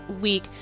week